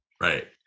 right